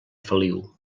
feliu